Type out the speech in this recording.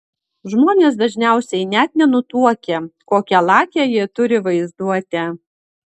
žmonės dažniausiai net nenutuokia kokią lakią jie turi vaizduotę